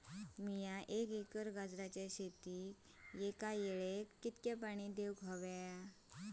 मीया एक एकर गाजराच्या शेतीक एका वेळेक कितक्या पाणी देव?